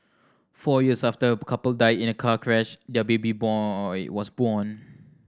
four years after a couple died in a car crash their baby boy was born